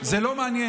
זה לא מעניין.